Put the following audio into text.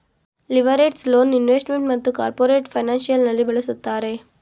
leveraged loan investment ಮತ್ತು corporate financial ನಲ್ಲಿ ಬಳಸುತ್ತಾರೆ